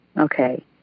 Okay